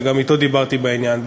שגם אתו דיברתי בעניין,